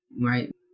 right